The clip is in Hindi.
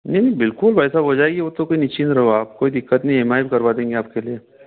नहीं नहीं बिलकुल भाई साहब हो जाएगी वो तो कोई निश्चिन्त रहो आप कोई दिक्कत नहीं है ई एम आई पर करवा देंगे आपके लिए